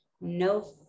No